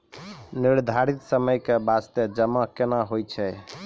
निर्धारित समय के बास्ते जमा केना होय छै?